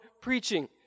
preaching